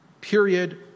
Period